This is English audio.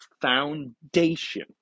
foundation